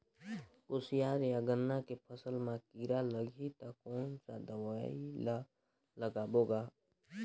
कोशियार या गन्ना के फसल मा कीरा लगही ता कौन सा दवाई ला लगाबो गा?